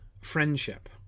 friendship